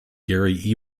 gary